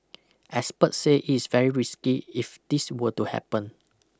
experts say it is very risky if this were to happen